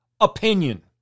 Opinion